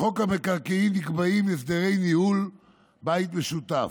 בחוק המקרקעין נקבעים הסדרי ניהול בית משותף.